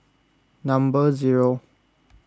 number zero